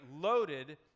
loaded